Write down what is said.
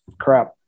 Crap